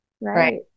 Right